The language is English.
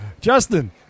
Justin